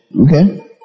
okay